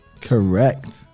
Correct